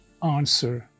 answer